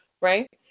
Right